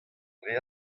dre